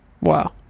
Wow